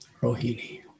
Rohini